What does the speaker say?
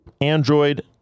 Android